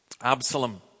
Absalom